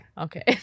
Okay